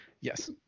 yes